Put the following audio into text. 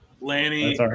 lanny